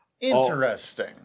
Interesting